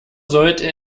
sollte